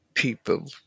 People